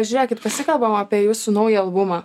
žiūrėkit pasikalbam apie jūsų naują albumą